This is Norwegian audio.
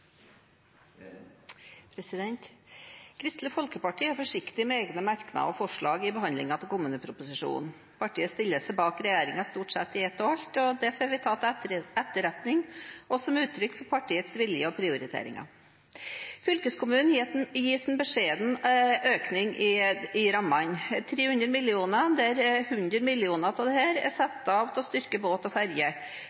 forsiktig med egne merknader og forslag i behandlingen av kommuneproposisjonen. Partiet stiller seg bak regjeringen stort sett i ett og alt, og det får vi ta til etterretning og som uttrykk for partiets vilje og prioriteringer. Fylkeskommunen gis en beskjeden økning i rammene, 300 mill., der 100 mill. av disse er